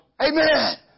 Amen